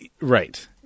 right